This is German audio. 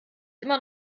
immer